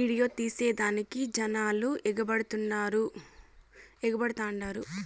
video తీసేదానికి జనాలు ఎగబడతండారు